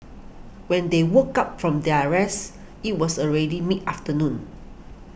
when they woke up from their rest it was already mid afternoon